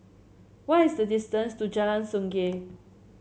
what is the distance to Jalan Sungei